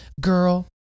girl